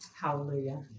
Hallelujah